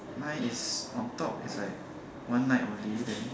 mine is on top is like one night only then